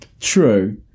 True